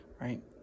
Right